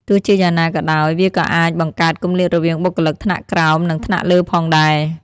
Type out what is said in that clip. ទោះជាយ៉ាងណាក៏ដោយ វាក៏អាចបង្កើតគម្លាតរវាងបុគ្គលិកថ្នាក់ក្រោម និងថ្នាក់លើផងដែរ។